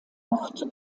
ort